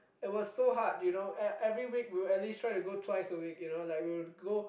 it was so hard you know e~ every week we'll at least try to go twice a week you know like we'll go